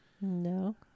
No